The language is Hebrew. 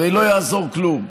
הרי לא יעזור כלום.